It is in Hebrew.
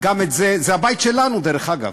זה הבית שלנו, דרך אגב.